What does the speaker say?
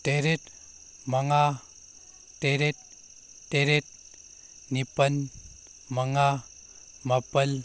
ꯇꯔꯦꯠ ꯃꯉꯥ ꯇꯔꯦꯠ ꯇꯔꯦꯠ ꯅꯤꯄꯥꯜ ꯃꯉꯥ ꯃꯥꯄꯜ